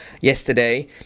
yesterday